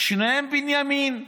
שניהם בנימין.